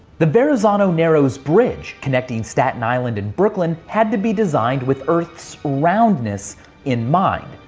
the verrazano-narrows bridge, connecting staten island and brooklyn, had to be designed with earth's roundness in mind.